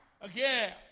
again